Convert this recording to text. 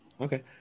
okay